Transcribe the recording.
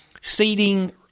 seeding